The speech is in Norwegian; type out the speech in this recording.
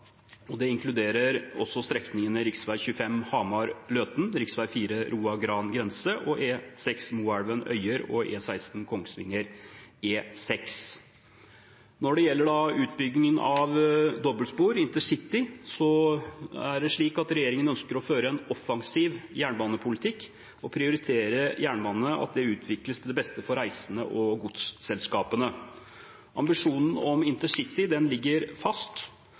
og det inkluderer også strekningene rv. 25 Hamar–Løten, rv. 4 Roa–Gran grense, E6 Moelv–Øyer og E16 Kongsvinger–E6. Når det gjelder utbyggingen av dobbeltspor på intercity, ønsker regjeringen å føre en offensiv jernbanepolitikk og prioritere jernbane – at det utvikles til beste for reisende og godsselskapene. Ambisjonen om intercity ligger fast.